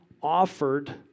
offered